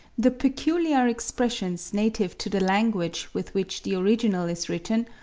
the peculiar expressions native to the language with which the original is written,